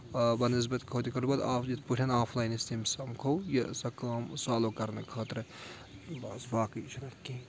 بَنسبتہٕ خٲطرٕ کرو آف یِتھ پٲٹھۍ آف لاینَس تٔمِس سَمکھو یہِ سۄ کٲم سالو کَرنہٕ خٲطرٕ بَس باقٕے چھُنا اَتھ کِہیٖنۍ